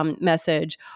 message